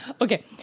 Okay